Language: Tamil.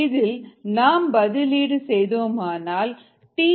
இதில் நாம் பதிலீடு செய்தால் 40